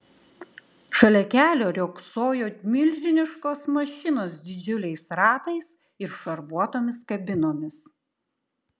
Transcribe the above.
šalia kelio riogsojo milžiniškos mašinos didžiuliais ratais ir šarvuotomis kabinomis